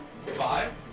Five